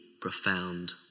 profound